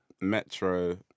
Metro